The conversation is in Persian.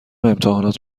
امتحانات